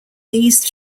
these